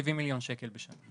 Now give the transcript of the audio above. כ-70 מיליון שקל בשנה.